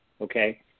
okay